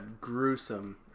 gruesome